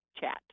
chat